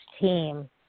team